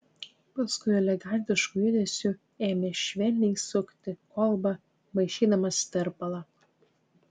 paskui elegantišku judesiu ėmė švelniai sukti kolbą maišydamas tirpalą